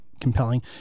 compelling